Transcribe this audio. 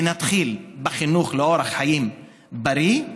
נתחיל בחינוך לאורח חיים בריא.